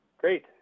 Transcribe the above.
Great